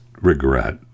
regret